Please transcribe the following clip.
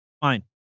fine